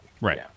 right